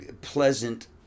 pleasant